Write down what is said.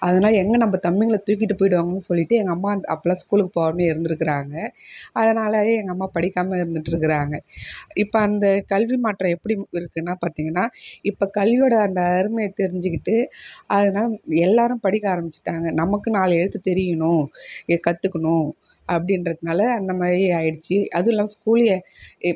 அதனால் எங்கள் நம்ப தம்பிங்களை தூக்கிட்டு போய்விடுவாங்கனு சொல்லிவிட்டு எங்கள் அம்மா அப்பலாம் ஸ்கூலுக்கு போகாமலே இருந்திருக்குறாங்க அதனாலேயே எங்கள் அம்மா படிக்காமல் இருந்திட்டுருக்குறாங்க இப்போ அந்த கல்வி மாற்றம் எப்படி இருக்குனால் பார்த்திங்கன்னா இப்போ கல்வியோடய அந்த அருமையை தெரிஞ்சிக்கிட்டு அதனால் எல்லாரும் படிக்க ஆரமித்துட்டாங்க நமக்கும் நாலு எழுத்து தெரியணும் எ கற்றுக்கணும் அப்படின்றதுன்னால அந்தமாதிரி ஆயிடுச்சு அதுவும் இல்லாமல் ஸ்கூல் இப்